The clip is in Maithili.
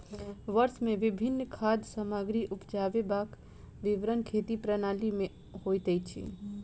वर्ष मे विभिन्न खाद्य सामग्री उपजेबाक विवरण खेती प्रणाली में होइत अछि